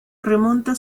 remonta